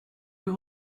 plus